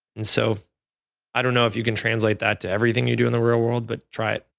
and so i don't know if you can translate that to everything you do in the real world but try it.